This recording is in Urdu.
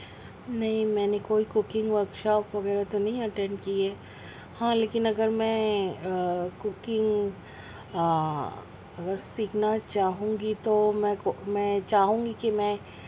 نہیں میں نے کوئی کوکنگ ورک شاپ وغیرہ تو نہیں اٹینڈ کی ہے ہاں لیکن اگر میں کوکنگ اگر سیکھنا چاہوں گی تو میں میں چاہوں گی کہ میں